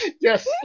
Yes